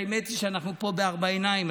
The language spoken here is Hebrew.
האמת היא שאנחנו פה בארבע עיניים,